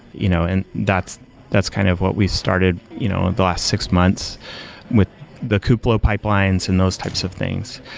you know and that's that's kind of what we started you know the last six months with the kubeflow pipelines and those types of things.